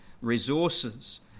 resources